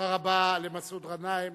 תודה רבה למסעוד גנאים.